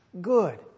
good